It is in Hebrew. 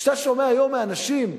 כשאתה שומע היום מאנשים,